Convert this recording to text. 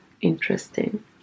interesting